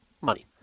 money